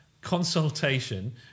consultation